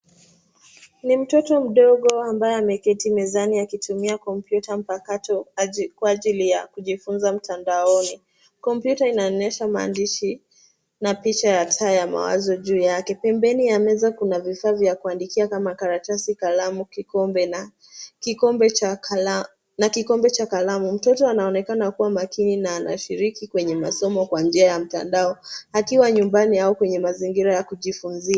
Ni mtoto mdogo ambaye ameketi mezani akitumia kompyuta mpakato ,kwa ajili ya kujifunza mtandaoni. Kompyuta inaonyesha maandishi na picha ya taa ya mawazo juu yake .Pembeni ya meza Kuna vifaa vya kuandikia kama karatasi, kalamu ,na kikombe cha kalamu. Mtoto anaonekana kuwa makini na anashiriki kwa masomo kwa njia ya mtandao akiwa nyumbani au kwenye mazingira ya kujifunzia.